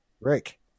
Rick